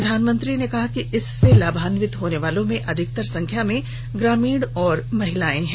प्रधानमंत्री ने कहा कि इससे लाभान्वित होने वालों में अधिकतर संख्या ग्रामीणों और महिलाओं की है